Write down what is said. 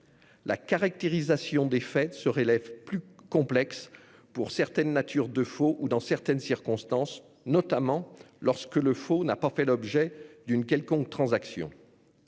La caractérisation des faits se révèle complexe pour certaines natures de faux ou dans certaines circonstances, notamment lorsque le faux n'a pas fait l'objet d'une quelconque transaction.